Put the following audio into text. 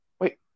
wait